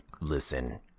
listen